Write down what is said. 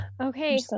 Okay